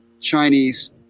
Chinese